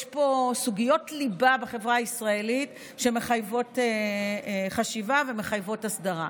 יש פה סוגיות ליבה בחברה הישראלית שמחייבות חשיבה ומחייבות הסדרה.